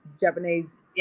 japanese